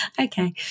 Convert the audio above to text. okay